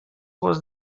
was